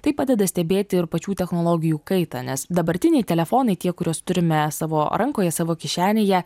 tai padeda stebėti ir pačių technologijų kaitą nes dabartiniai telefonai tie kuriuos turime savo rankoje savo kišenėje